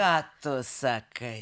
ką tu sakai